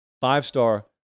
Five-star